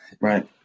right